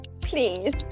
please